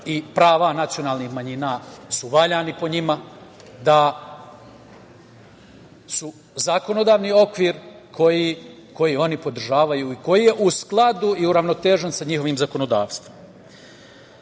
i prava nacionalnih manjina su valjani, po njima, da su zakonodavni okvir, koji oni podržavaju i koji je u skladu i uravnotežen sa njihovim zakonodavstvom. Raduje